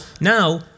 now